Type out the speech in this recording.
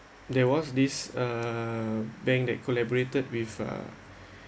there was this err bank that collaborated with uh